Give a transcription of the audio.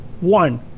One